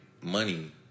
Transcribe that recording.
money